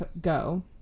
go